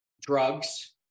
drugs